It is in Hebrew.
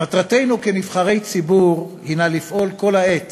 מטרתנו כנבחרי ציבור הנה לפעול כל העת